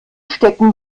stecken